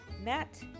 Matt